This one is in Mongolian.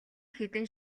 хэдэн